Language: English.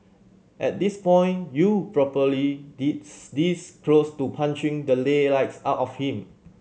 at this point you probably this this close to punching the lay lights out of him